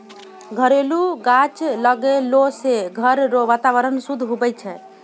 घरेलू गाछ लगैलो से घर रो वातावरण शुद्ध हुवै छै